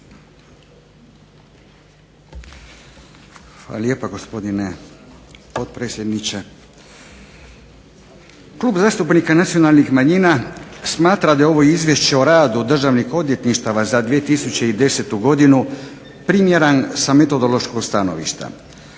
hvala lijepa, gospodine potpredsjedniče. Klub zastupnika Nacionalnih manjina smatra da je ovo Izvješće o radu državnih odvjetništava za 2010. godinu primjeran sa metodološkog stanovišta.